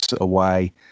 away